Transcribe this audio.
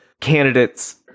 candidates